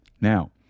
Now